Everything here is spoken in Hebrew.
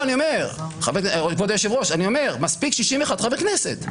כבוד היושב-ראש, אני אומר מספיק 61 חברי כנסת.